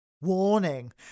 Warning